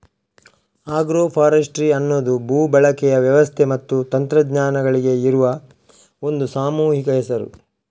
agro forestry ಅನ್ನುದು ಭೂ ಬಳಕೆಯ ವ್ಯವಸ್ಥೆ ಮತ್ತೆ ತಂತ್ರಜ್ಞಾನಗಳಿಗೆ ಇರುವ ಒಂದು ಸಾಮೂಹಿಕ ಹೆಸರು